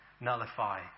nullify